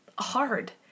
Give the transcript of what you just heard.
hard